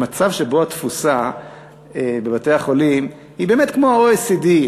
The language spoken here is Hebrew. במצב שבו התפוסה בבתי-החולים היא באמת כמו ב-OECD,